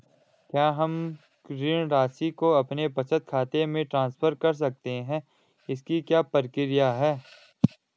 क्या हम ऋण राशि को अपने बचत खाते में ट्रांसफर कर सकते हैं इसकी क्या प्रक्रिया है?